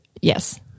Yes